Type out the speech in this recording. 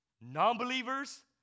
non-believers